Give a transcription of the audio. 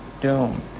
doom